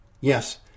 yes